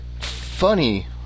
funny